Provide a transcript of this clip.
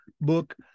book